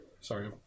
Sorry